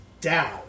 down